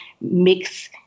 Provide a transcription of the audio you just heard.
mix